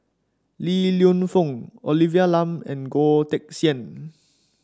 Li Lienfung Olivia Lum and Goh Teck Sian